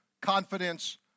confidence